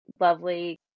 lovely